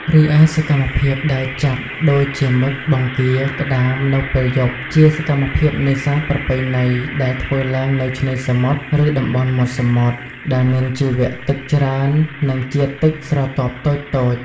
រីឯសកម្មភាពដើរចាប់ដូចជាមឹក បង្គារ ក្តាម នៅពេលយប់ជាសកម្មភាពនេសាទប្រពៃណីដែលធ្វើឡើងនៅឆ្នេរសមុទ្រ ឬតំបន់មាត់សមុទ្រដែល មានជីវៈទឹកច្រើន និងជាតិទឹកស្រទាប់តូចៗ។